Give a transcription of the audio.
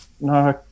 No